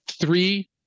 three